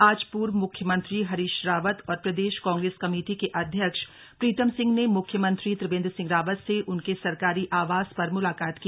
आज पूर्व म्ख्यमंत्री हरीश रावत और प्रदेश कांग्रेस कमेटी के अध्यक्ष प्रीतम सिंह ने म्ख्यमंत्री त्रिवेन्द्र सिंह रावत से उनके सरकारी आवास पर म्लाकात की